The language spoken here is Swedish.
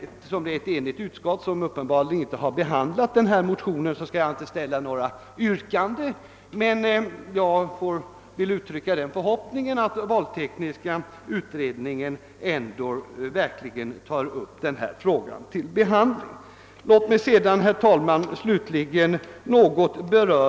Eftersom ett enigt utskott — om än på felaktiga premisser — avslagit vår motion skall jag inte ställa något yrkande, men jag hoppas att valtekniska utredningen tar upp denna fråga och föreslår en lösning likartad den vi skisserat i motionen.